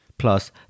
Plus